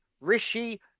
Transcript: Rishi